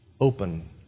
open